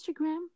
Instagram